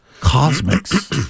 Cosmics